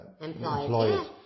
employed